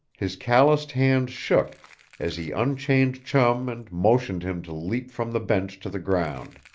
his calloused hands shook as he unchained chum and motioned him to leap from the bench to the ground.